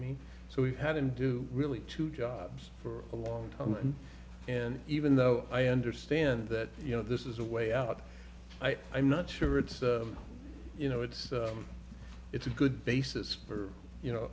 mean so we've had him do really two jobs for a long time and even though i understand that you know this is a way out i'm not sure it's you know it's a it's a good basis for you know